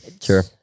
sure